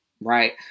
right